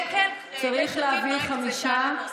שקל יש עתיד לא הקצתה לנושא.